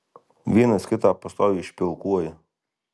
vienas kitą pastoviai špilkuoja